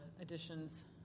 additions